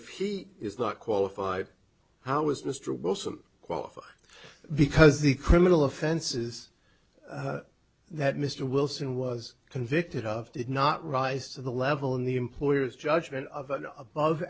if he is not qualified how is mr wilson qualified because the criminal offenses that mr wilson was convicted of did not rise to the level in the employer's judgment of above